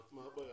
מה הבעיה?